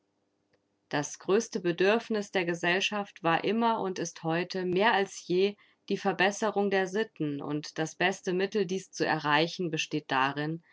das größte bedürfniß der gesellschaft war immer und ist heute mehr als je die verbesserung der sitten und das beste mittel dies zu erreichen besteht darin